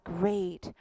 great